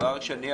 דבר שני,